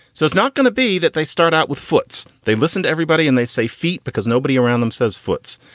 so it's not going to be that they start out with foote's. they listen to everybody and they say feet because nobody around them says foote's.